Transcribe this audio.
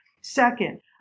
Second